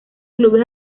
clubes